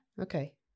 Okay